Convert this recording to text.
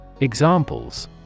Examples